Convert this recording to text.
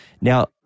Now